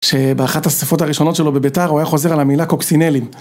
שבאחת האסיפות הראשונות שלו בבית"ר הוא היה חוזר על המילה קוקסינלים.